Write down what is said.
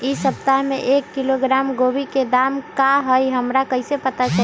इ सप्ताह में एक किलोग्राम गोभी के दाम का हई हमरा कईसे पता चली?